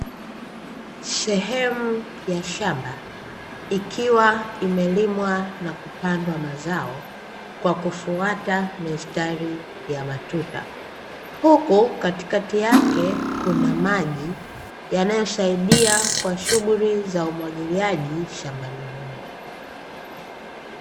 Sehemu ya shamba ikiwa imelimwa na kupandwa mazao, kwa kufuata mistari ya matuta. Huku katikati yake kuna maji yanayosaidia kwa shughuli za umwagiliaji shambani humo.